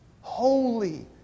Holy